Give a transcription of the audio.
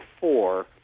four